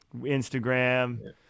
Instagram